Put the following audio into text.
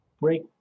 break